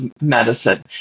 medicine